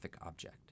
object